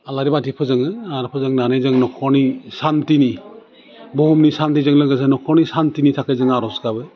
आलारि बाथि फोजोङो आरो फोजोंनानै जोङो नख'रनि सान्तिनि बुहुमनि सान्तिजों लोगोसे नख'रनि सान्तिनि थाखाय जों आर'ज गाबो